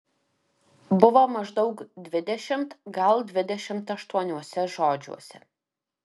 buvo maždaug dvidešimt gal dvidešimt aštuoniuose žodžiuose